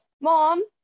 Mom